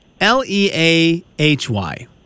L-E-A-H-Y